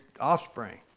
offspring